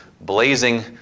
blazing